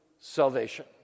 salvation